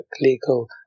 legal